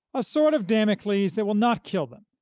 a sword of damocles that will not kill them,